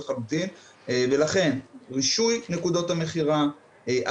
חמורה ולכן זה בדיוק הזמן להעביר אפילו כהוראת שעה בשעת